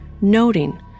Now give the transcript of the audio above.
noting